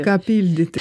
ką pildyti